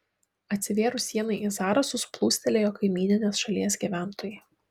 atsivėrus sienai į zarasus plūstelėjo kaimyninės šalies gyventojai